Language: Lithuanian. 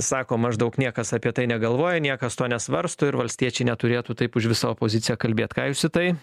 sako maždaug niekas apie tai negalvoja niekas to nesvarsto ir valstiečiai neturėtų taip už visą opoziciją kalbėt ką jūs į tai